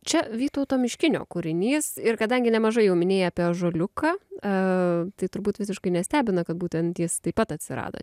čia vytauto miškinio kūrinys ir kadangi nemažai jau minėjai apie ąžuoliukąa tai turbūt visiškai nestebina kad būtent jis taip pat atsirado